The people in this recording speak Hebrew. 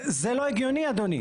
זה לא הגיוני, אדוני.